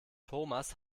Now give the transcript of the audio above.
thomas